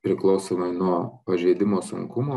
priklausomai nuo pažeidimo sunkumo